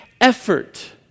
effort